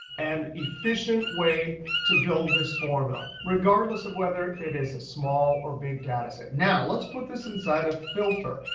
an efficient way to build this formula, regardless of whether it is a small or big data set. now let's put this inside a filter.